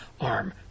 arm